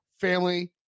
family